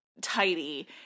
tidy